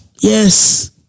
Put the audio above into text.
yes